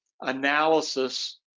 analysis